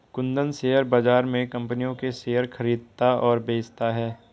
Kundan share बाज़ार में कम्पनियों के शेयर खरीदता और बेचता रहता है